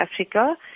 Africa